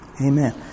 Amen